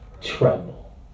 tremble